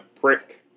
prick